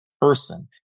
person